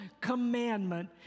commandment